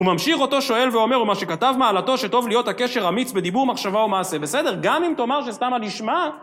הוא ממשיך אותו שואל ואומר ומה שכתב מעלתו שטוב להיות הקשר אמיץ בדיבור מחשבה ומעשה בסדר גם אם תאמר שסתם הנשמע